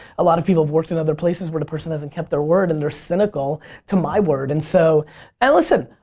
a lot of people have worked in other places where the person hasn't kept their word and they're cynical to my word. and so and listen,